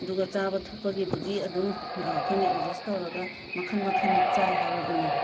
ꯑꯗꯨꯒ ꯆꯥꯕ ꯊꯛꯄꯒꯤꯕꯨꯗꯤ ꯑꯗꯨꯝ ꯑꯩꯈꯣꯏꯅ ꯑꯦꯗꯖꯁ ꯇꯧꯔꯒ ꯃꯈꯟ ꯃꯈꯟ ꯆꯥꯏ ꯍꯥꯏꯋꯕꯗꯨꯅꯤ